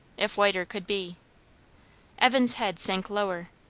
if whiter could be evan's head sank lower.